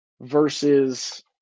versus